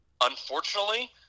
unfortunately